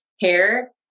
hair